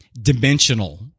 dimensional